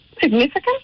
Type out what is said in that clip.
significant